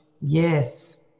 Yes